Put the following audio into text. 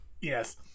Yes